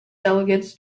delegates